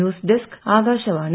news desk Akashvani